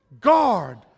guard